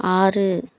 ஆறு